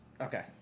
okay